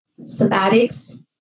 Somatics